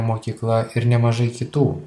mokykla ir nemažai kitų